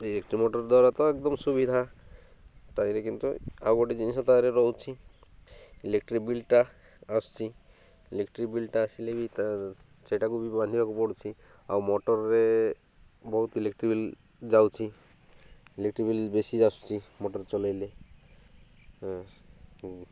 electric motor ଦ୍ୱାରା ତ ଏକଦମ୍ ସୁବିଧା ତା'ଦିହରେ କିନ୍ତୁ ଆଉ ଗୋଟେ ଜିନିଷ ତା'ଦିହରେ ରହୁଛିି ଇଲେକ୍ଟ୍ରିକ୍ ବିଲ୍ଟା ଆସୁଚି ଇଲେକ୍ଟ୍ରିକ୍ ବିଲ୍ଟା ଆସ୍ଲେ ବି ସେଟାକୁ ବି ବାନ୍ଧିବାକୁ ପଡ଼ୁଛି ଆଉ ମଟର୍ରେ ବହୁତ ଇଲେକ୍ଟ୍ରିକ୍ ବିଲ୍ ଯାଉଛିି ଇଲେକ୍ଟ୍ରିକ୍ ବିଲ୍ ବେଶୀ ଆସୁଛି ମଟର୍ ଚଳେଇଲେ